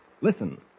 Listen